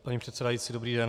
Paní předsedající, dobrý den.